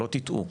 שלא תטעו.